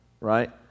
right